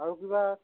আৰু কিবা